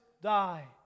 die